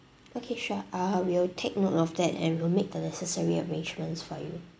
okay sure err we'll take note of that and we'll make the necessary arrangements for you